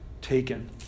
taken